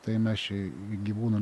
tai mes čia gyvūno